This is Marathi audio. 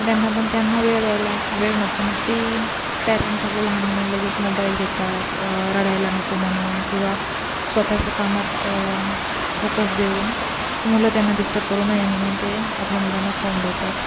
त्यांना पण त्यांना वेळ द्यायला वेळ नसतो मग ती पॅरेंट्स आपल्या लहान मुलांना लगेच मोबाईल देतात रडायला नको म्हणून किंवा स्वतःच्या कामात फोकस देऊन मुलं त्यांना डिस्टर्ब करू नये म्हणून ते आपल्या मुलांना फोन देतात